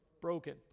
Broken